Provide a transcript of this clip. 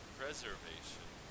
preservation